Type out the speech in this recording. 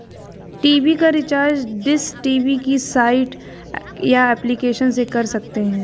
TV का recharge dish TV की site या एप्लीकेशन से कर सकते है